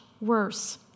worse